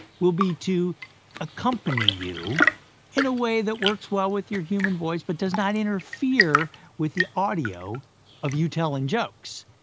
will be to accompany you in a way that works well with your human voice, but does not interfere with the audio of you telling jokes.